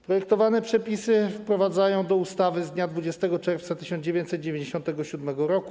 Projektowane przepisy wprowadzają do ustawy z dnia 20 czerwca 1997 r.